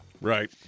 right